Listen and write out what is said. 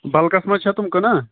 بَلکَس منٛز چھا تِم کٕنان